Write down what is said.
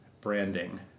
branding